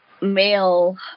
male